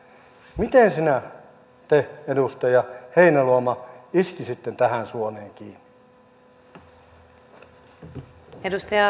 miten te edustaja heinäluoma iskisitte tähän suoneen kiinni